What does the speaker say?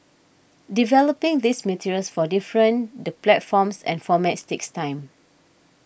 developing these materials for different the platforms and formats takes time